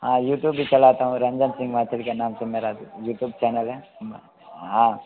हाँ युट्यूब भी चलाता हूँ रंजन सिंघ मैथिल के नाम से मेरा भी युट्यूब चैनल है हाँ